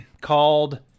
called